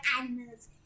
animals